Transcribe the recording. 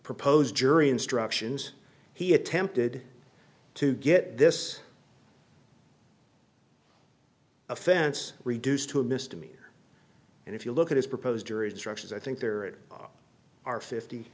proposed jury instructions he attempted to get this offense reduced to a misdemeanor and if you look at his proposed jury instructions i think there are fifty